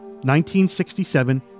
1967